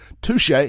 Touche